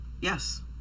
Yes